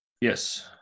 yes